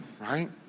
right